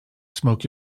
smoke